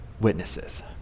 witnesses